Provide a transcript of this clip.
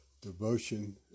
Devotion